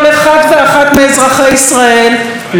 לא רק שלך ולא רק של המשפחה שלך.